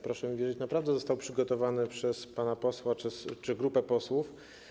Proszę mi wierzyć, że naprawdę został przygotowany przez pana posła czy grupę posłów.